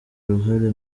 uruhare